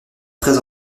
très